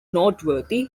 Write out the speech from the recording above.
noteworthy